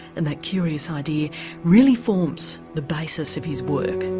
and that curious idea really forms the basis of his work.